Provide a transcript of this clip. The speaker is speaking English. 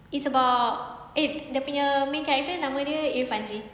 it's about eh dia punya main character nama dia irfan seh